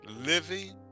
living